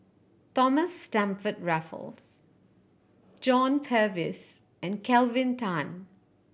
Thomas Stamford Raffles John Purvis and Kelvin Tan